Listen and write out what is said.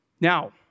Now